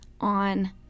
on